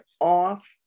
off